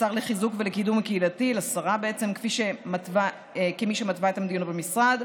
לשרה לחיזוק ולקידום קהילתי כמי שמתווה את המדיניות במשרד.